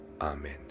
amen